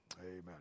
Amen